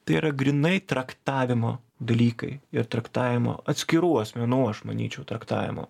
tai yra grynai traktavimo dalykai ir traktavimo atskirų asmenų aš manyčiau traktavimo